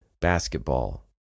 basketball